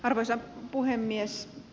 arvoisa puhemies